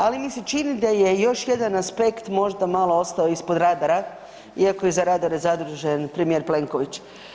Ali mi se čini da je još jedan aspekt možda malo ostao ispod radara iako je za radare zadužen premijer Plenković.